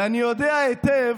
ואני יודע היטב